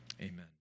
Amen